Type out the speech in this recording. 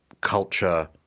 culture